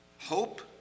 Hope